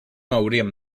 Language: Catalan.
hauríem